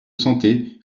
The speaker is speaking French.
santé